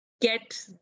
get